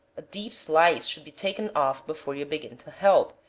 a deep slice should be taken off before you begin to help,